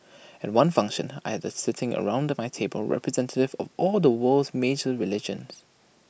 at one function I had sitting around my table representatives of all the world's major religions